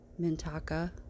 Mintaka